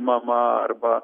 mama arba